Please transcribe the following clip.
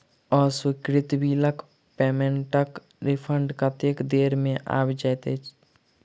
अस्वीकृत बिलक पेमेन्टक रिफन्ड कतेक देर मे आबि जाइत?